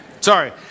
sorry